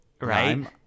Right